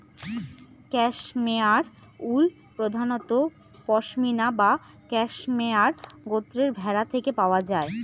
cashmere wool প্রধানত পসমিনা বা cashmere গোত্রের ভেড়া থেকে পাওয়া যায়